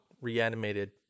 reanimated